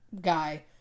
guy